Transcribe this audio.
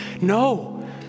No